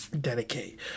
dedicate